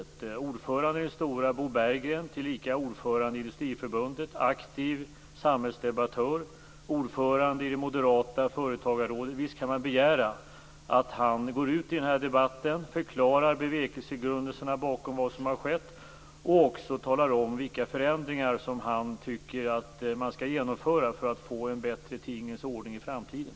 Visst kan man begära att ordföranden i Stora, Bo Berggren, tillika ordförande i Industriförbundet, aktiv samhällsdebattör och ordförande i det moderata företagarrådet, går ut i den här debatten och förklarar bevekelsegrunderna bakom vad som har skett och också talar om vilka förändringar som han tycker att man skall genomföra för att få en bättre tingens ordning i framtiden.